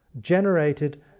generated